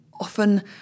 often